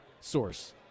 source